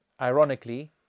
ironically